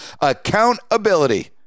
Accountability